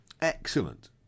Excellent